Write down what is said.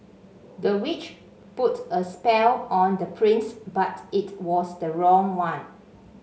the witch put a spell on the prince but it was the wrong one